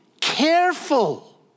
careful